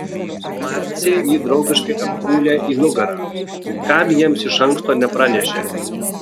marcė jį draugiškai apkūlė į nugarą kam jiems iš anksto nepranešė